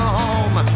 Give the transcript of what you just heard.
home